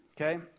okay